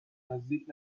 نزدیک